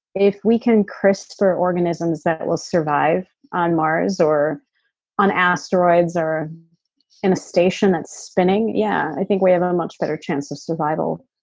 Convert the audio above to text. if we can crispr organisms that will survive on mars or on asteroids or in a station that's spinning, yeah i think we have a much better chance of survival.